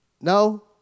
No